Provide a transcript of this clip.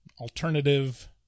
alternative